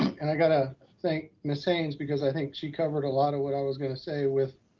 and i got to thank ms. haynes, because i think she covered a lot, of what i was gonna say with